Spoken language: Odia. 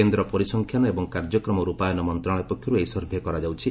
କେନ୍ଦ୍ର ପରିସଂଖ୍ୟାନ ଏବଂ କାର୍ଯ୍ୟକ୍ରମ ରୂପାୟନ ମନ୍ତ୍ରଣାଳୟ ପକ୍ଷରୁ ଏହି ସର୍ଭେ କରାଯାଉଛି